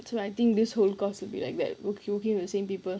so I think this whole course will be like that worki~ working with the same people